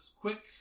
quick